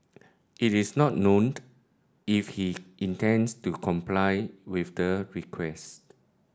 it is not known if he intends to comply with the request